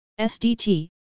SDT